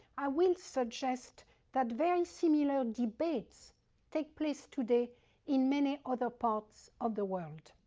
i will suggest that very similar debates take place today in many other parts of the world.